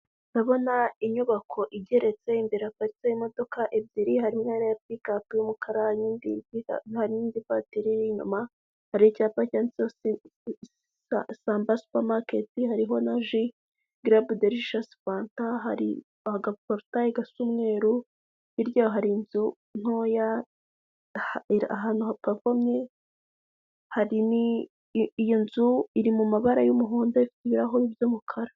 Ndabona inyubako igeretse imbere haparitse imodoka ebyiri harimo ifi ibara ry'umukara ntarindi vatiri iri inyuma hari icyapa cyanditseho samba supamaketi harihomo na ji gerebu deri fanta hari agaporutaye gasa umweru hirya hari inzu ntoya ahantu hapavomye hari yo inzu iri mu mabara y'umuhondo ifite ibirahuri by'umukara.